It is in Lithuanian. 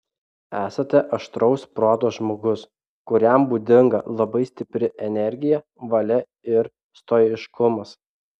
esate aštraus proto žmogus kuriam būdinga labai stipri energija valia ir stoiškumas